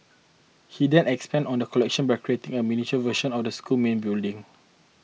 he then expanded on the collection by creating a miniature version of the school's main building